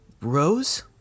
Rose